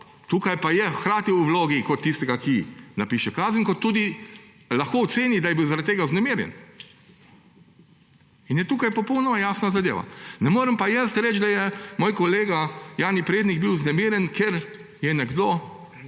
tukaj pa je hkrati v vlogi tistega, ki napiše kazen kot tudi lahko oceni, da je bil zaradi tega vznemirjen. In je tukaj popolnoma jasna zadeva. Ne morem pa jaz reči, da je moj kolega Jani Prednik bil vznemirjen, ker mu je nekdo